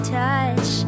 touch